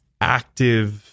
active